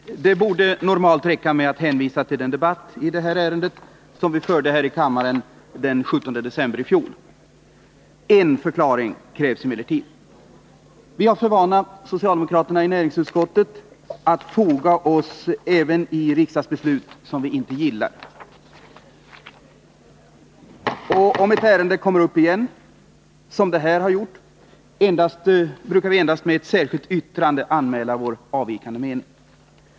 Herr talman! Det borde normalt räcka med att hänvisa till den debatt i det här ärendet som vi förde här i kammaren den 17 december i fjol. En förklaring krävs emellertid. Vi socialdemokrater i näringsutskottet har för vana att foga oss även i riksdagsbeslut som vi inte gillar. Om ett ärende kommer upp igen, som det här har gjort, brukar vi endast med ett särskilt yttrande anmäla vår avvikande mening.